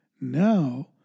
Now